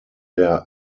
der